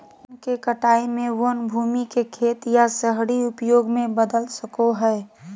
वन के कटाई में वन भूमि के खेत या शहरी उपयोग में बदल सको हइ